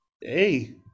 Hey